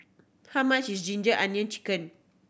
how much is ginger onion chicken